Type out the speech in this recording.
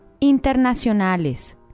internacionales